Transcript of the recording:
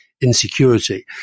insecurity